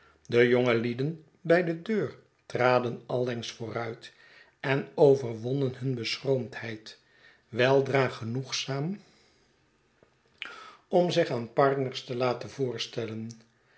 de jongelieden by de deur traden allengs vooruit en overwonnen hun beschroomdheid weldra genoegzaam om zich aan partners te laten voorstellen